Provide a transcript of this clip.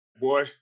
Boy